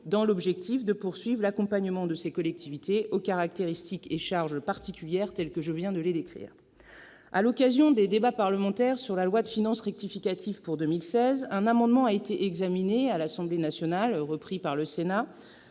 dans l'objectif de poursuivre l'accompagnement de ces collectivités aux caractéristiques et charges particulières, telles que je viens de les décrire. À l'occasion des débats parlementaires sur la loi de finances rectificative pour 2016, un amendement, examiné à l'Assemblée nationale et repris par le Sénat,